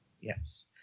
Yes